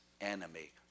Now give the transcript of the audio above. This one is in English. enemy